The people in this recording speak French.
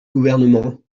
gouvernement